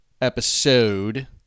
episode